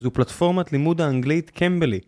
זו פלטפורמת לימוד האנגלית קמבלי